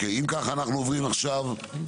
אם כך אנו עוברים על הרוויזיות.